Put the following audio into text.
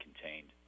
contained